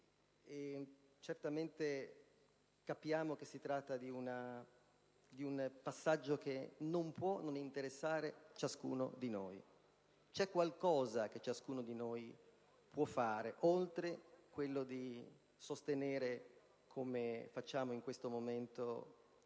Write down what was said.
e certamente capiamo che si tratta di un passaggio che non può non interessare ognuno di noi. C'è qualcosa che ciascuno di noi può fare oltre a sostenere, come facciamo in questo momento,